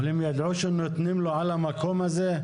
אבל הם ידעו שנותנים לו על המקום הזה,